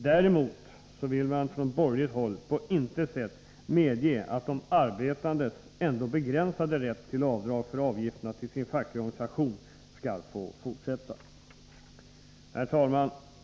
Däremot vill man från borgerligt håll på intet sätt medge att de arbetandes begränsade rätt till avdrag för avgifterna till sin fackliga organisation skall få fortsätta. Herr talman!